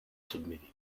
submitted